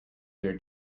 your